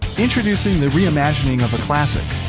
introducing the re-imagining of a classic,